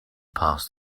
past